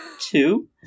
two